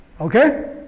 Okay